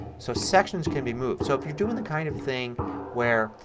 so sections can be moved. so if you're doing the kind of thing where,